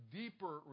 deeper